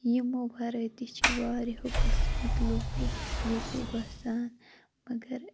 یِمو وَراے تہِ چھ وارِیاہو قٕسمٕکۍ لُکھ ییٚتہِ بَسان مَگَر